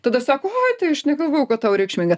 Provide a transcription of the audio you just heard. tada sako oi tai aš negalvojau kad tau reikšminga